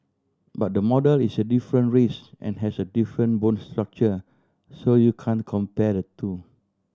but the model is a different race and has a different bone structure so you can't compare the two